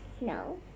No